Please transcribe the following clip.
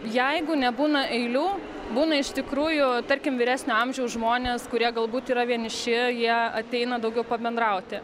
jeigu nebūna eilių būna iš tikrųjų tarkim vyresnio amžiaus žmonės kurie galbūt yra vieniši jie ateina daugiau pabendrauti